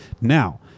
Now